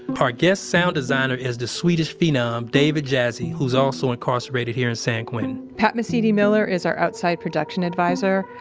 our guest sound designer is the swedish phenom, david jassy, who's also incarcerated here in san quentin pat mesiti miller is our outside production advisor.